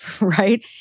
right